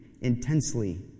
intensely